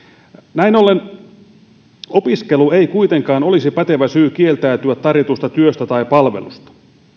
näin ollen opiskelu ei kuitenkaan olisi pätevä syy kieltäytyä tarjotusta työstä tai palvelusta